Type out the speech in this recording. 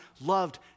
loved